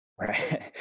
right